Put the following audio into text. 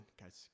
guys